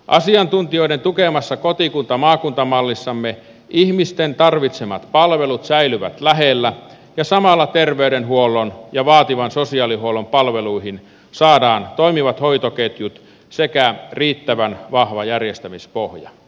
asiantuntijoiden tukemassa kotikuntamaakunta mallissamme ihmisten tarvitsemat lähipalvelut säilyvät lähellä ja samalla terveydenhuollon ja vaativan sosiaalihuollon palveluihin saadaan toimivat hoitoketjut sekä riittävän vahva järjestämispohja